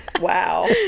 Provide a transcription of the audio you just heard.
Wow